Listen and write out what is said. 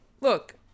look